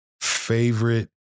favorite